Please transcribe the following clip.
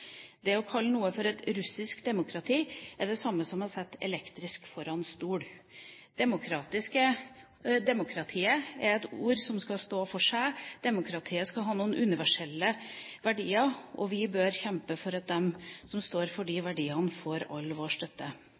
Det å kalle noe for et «russisk» demokrati er det samme som å sette «elektrisk» foran «stol». «Demokrati» er et ord som skal stå for seg selv. Demokratiet skal ha noen universelle verdier, og vi bør kjempe for at de som står for de verdiene, får all vår støtte.